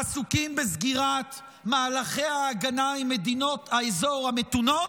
עסוקים בסגירת מהלכי ההגנה עם מדינות האזור המתונות,